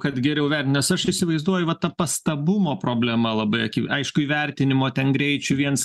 kad geriau vertin nes aš įsivaizduoju va ta pastabumo problema labai aišku įvertinimo ten greičių viens